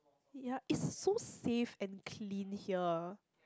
ya it's so safe and clean here